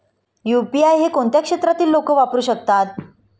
UPI हे कोणत्या क्षेत्रातील लोक वापरू शकतात?